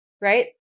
right